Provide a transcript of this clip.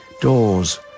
doors